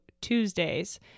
Tuesdays